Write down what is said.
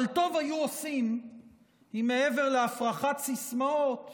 אבל טוב היו עושים אם מעבר להפרחת סיסמאות